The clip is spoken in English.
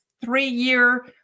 three-year